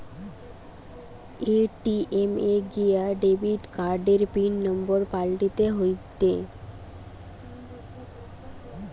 ATM এ গিয়া debit কার্ডের পিন নম্বর পাল্টাতে হয়েটে